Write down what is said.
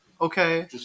Okay